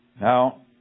Now